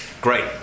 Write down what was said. great